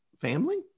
family